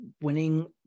winning